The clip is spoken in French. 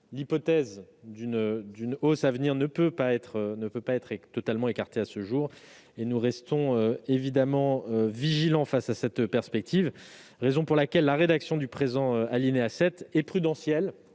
l'hypothèse d'une hausse à venir ne peut pas être totalement écartée à ce jour. Nous restons donc évidemment vigilants face à cette perspective. C'est pourquoi la rédaction du présent alinéa 7 est prudente